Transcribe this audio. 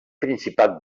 principat